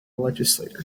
legislator